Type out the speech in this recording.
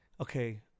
okay